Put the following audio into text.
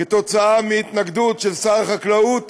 כתוצאה מהתנגדות של שר החקלאות